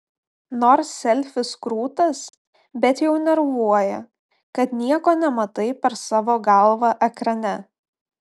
nors selfis krūtas bet jau nervuoja kad nieko nematai per savo galvą ekrane